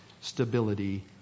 stability